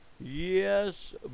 Yes